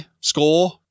Score